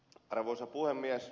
arvoisa puhemies